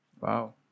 wow